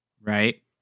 Right